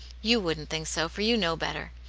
you wouldn't think so, for you know better.